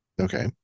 Okay